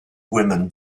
women